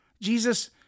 Jesus